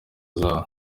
zawo